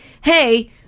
hey